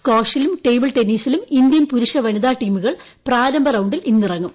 സ്കാഷിലും table ടെന്നീസിലും Indian പുരുഷ വനിതാ ടീമുകൾ പ്രാരംഭ റൌണ്ടിൽ ഇന്ന് ഇറങ്ങും